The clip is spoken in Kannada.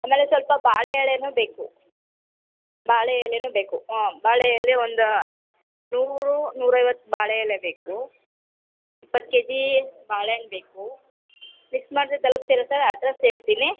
ಆಮೇಲೆ ಸ್ವಲ್ಪ ಬಾಳೆ ಎಳೆಯೂ ಬೇಕು ಬಾಳೆ ಎಲೆಯೂ ಬೇಕು ಹಾಂ ಬಾಳೆ ಎಲೆ ಒಂದು ನೂರು ನೂರೈವತ್ತು ಬಾಳೆ ಎಲೆ ಬೇಕು ಇಪ್ಪತ್ತು ಕೆ ಜಿ ಬಾಳೆಹಣ್ಣು ಬೇಕು ಮಿಸ್ ಮಾಡ್ದೆ ತಲುಪಿಸ್ತೀರ ಸರ್ ಅಡ್ರಸ್ ಹೇಳ್ತೀನಿ